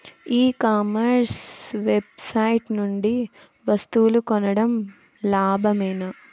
ఈ commerce website నుండి వస్తువులు కొనడం లాభమేనా?